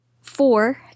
four